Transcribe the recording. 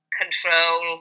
control